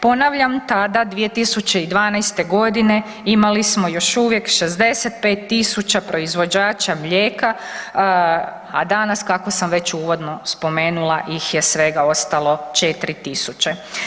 Ponavljam, tada 2012. imali smo još uvijek 65 000 proizvođača mlijeka, a danas kako sam već uvodno spomenula ih je svega ostalo 4000.